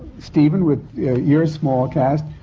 steven with your small cast.